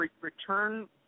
return